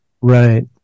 Right